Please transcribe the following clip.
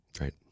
Right